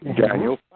Daniel